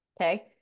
Okay